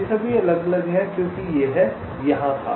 वे सभी अलग अलग हैं क्योंकि यह यहाँ था